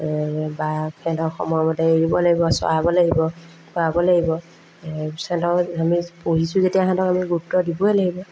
বা সিহঁতক সময়মতে এৰিব লাগিব চৰাব লাগিব খোৱাব লাগিব সিহঁতক আমি পুহিছোঁ যেতিয়া সিহঁতক আমি গুৰুত্ব দিবই লাগিব